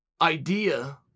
idea